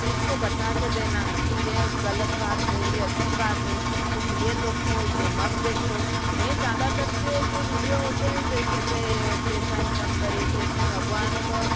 उनको बता के देना कि ये गलत बात है ये अच्छी बात है तुम ये देखो ये मत देखो मैं ज़्यादातर के जो वीडियो होते हैं वे कैसे ये पैसा ईनकम करें कैसे भगवान को